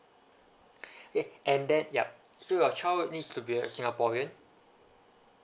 okay and then yup so your child needs to be a singaporean